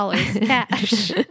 cash